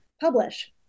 publish